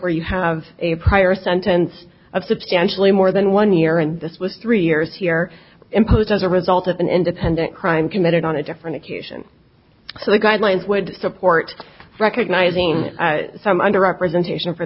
where you have a prior sentence of substantially more than one year and this was three years here imposed as a result of an independent crime committed on a different occasion so the guidelines would support recognizing some under representation for